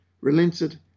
relented